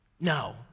No